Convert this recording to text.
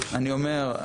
אני אומר,